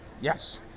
Yes